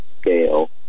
scale